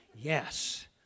Yes